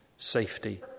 Safety